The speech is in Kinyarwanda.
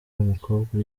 umukobwa